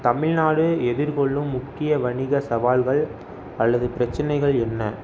தமிழ்நாடு எதிர்கொள்ளும் முக்கிய வணிக சவால்கள் அல்லது பிரச்சினைகள் என்ன